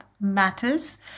matters